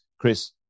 Chris